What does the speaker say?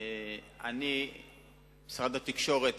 משרד התקשורת